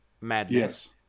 madness